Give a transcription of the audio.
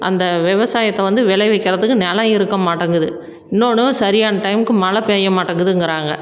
அந்த விவசாயத்தை வந்து விளைவிக்கிறதுக்கு நிலம் இருக்க மாட்டேங்குது இன்னொன்று சரியான டைமுக்கு மழை பெய்ய மாட்டேங்குதுங்கிறாங்க